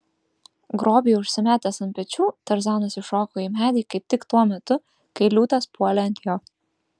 grobį užsimetęs ant pečių tarzanas įšoko į medį kaip tik tuo metu kai liūtas puolė ant jo